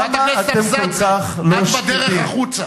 חברת הכנסת אבסדזה, את בדרך החוצה.